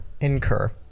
Incur